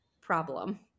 problem